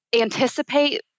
anticipate